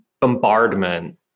bombardment